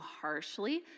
harshly